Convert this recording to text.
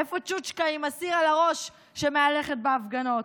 איפה שושקה עם הסיר על הראש שמהלכת בהפגנות?